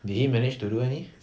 did he managed to do any